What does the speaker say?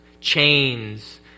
chains